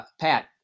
Pat